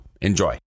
Enjoy